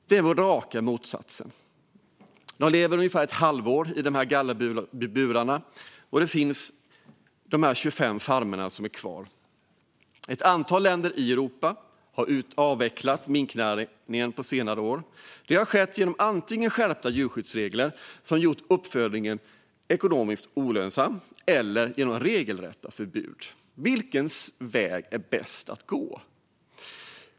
Där är det raka motsatsen, och de lever i ungefär ett halvår i dessa gallerburar. Det finns ungefär 25 farmer kvar. Ett antal länder i Europa har avvecklat minknäringen på senare år. Det har skett antingen genom skärpta djurskyddsregler som har gjort uppfödningen ekonomiskt olönsam eller genom regelrätta förbud. Vilken väg är bäst att gå?